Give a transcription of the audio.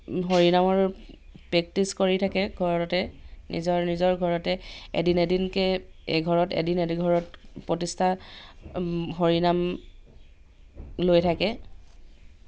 হৰিনামৰ practice কৰি থাকে ঘৰতে নিজৰ নিজৰ ঘৰতে এদিন এদিনকৈ এঘৰত এদিন এদিন এঘৰত প্ৰতিষ্ঠা হৰিনাম লৈ থাকে